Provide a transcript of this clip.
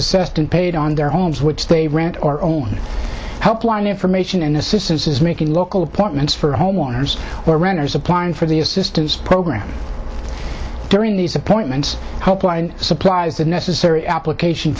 assessed and paid on their homes which they rent or own help line information and assistance is making local appointments for homeowners or renters applying for the assistance program during these appointments hope line supplies the necessary application